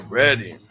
ready